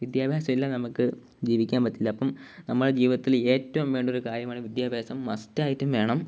വിദ്യാഭ്യാസം ഇല്ലാതെ നമുക്ക് ജീവിക്കാൻ പറ്റില്ല അപ്പം നമ്മളെ ജീവിതത്തിൽ ഏറ്റവും വേണ്ട ഒരു കാര്യമാണ് വിദ്യാഭ്യാസം മസ്റ്റ് ആയിട്ടും വേണം